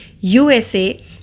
USA